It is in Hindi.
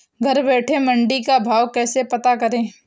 घर बैठे मंडी का भाव कैसे पता करें?